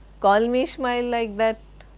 call me ishmael, like that.